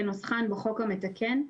כנוסחן בחוק המתקן,